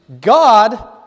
God